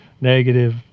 negative